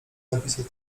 napisać